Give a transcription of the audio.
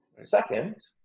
Second